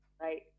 right